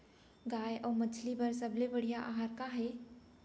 गाय अऊ मछली बर सबले बढ़िया आहार का हे?